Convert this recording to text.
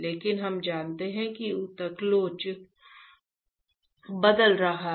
लेकिन हम जानते हैं कि ऊतक लोच बदल रहा है